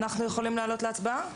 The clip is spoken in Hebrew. אנחנו יכולים להעלות להצבעה?